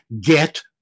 get